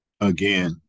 Again